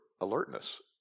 alertness